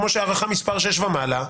כמו בארכה מספר שש ומעלה.